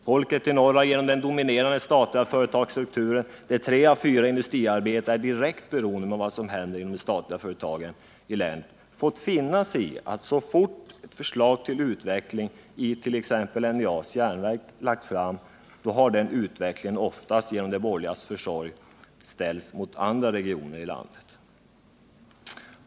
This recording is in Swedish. Folket i norr har genom den dominerande statliga företagsstrukturen, där tre av fyra industriarbetare är direkt beroende av vad som händer inom de statliga företagen i länet, fått finna sig i att förslag till utveckling av t.ex. NJA:s järnverk, så fort de har lagts fram, genom de borgerligas försorg har ställts mot förslag till utveckling av företag i andra regioner av landet.